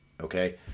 okay